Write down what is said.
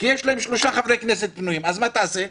יש להם שלושה חברי כנסת פנויים, אז מה תעשה?